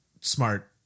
smart